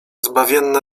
zbawienne